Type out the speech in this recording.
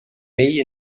vell